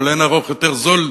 אבל לאין ערוך יותר זול,